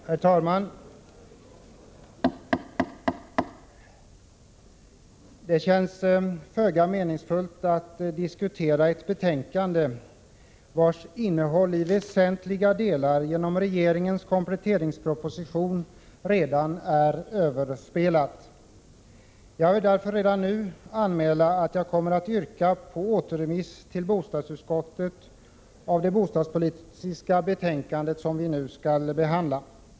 Herr talman! Det känns föga meningsfullt att diskutera ett betänkande vars innehåll i väsentliga delar genom regeringens kompletteringsproposition redan är överspelat. Jag vill därför redan nu anmäla att jag kommer att yrka på återremiss till bostadsutskottet av det bostadspolitiska betänkande som vi nu skall behandla.